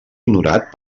honorat